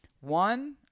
one